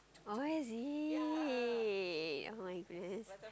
oh is it [oh]-my-goodness